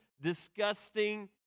disgusting